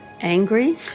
angry